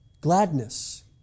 gladness